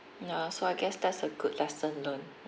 ya so I guess that's a good lesson learnt